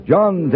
John